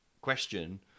question